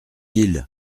ils